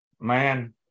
man